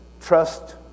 trust